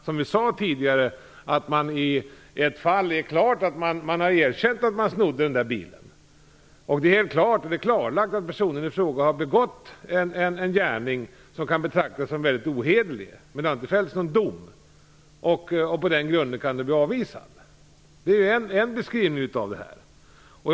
Som vi tidigare sade kan någon ha erkänt att han snodde en bil, t.ex. Det är klarlagt att personen har begått en gärning som kan betraktas som väldigt ohederlig, men det har inte avgivits någon dom. På den grunden kan det bli avvisning. Det är en beskrivning av detta.